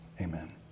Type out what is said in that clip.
amen